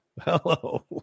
hello